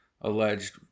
alleged